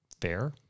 fair